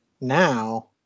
Now